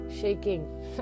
Shaking